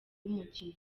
y’umukino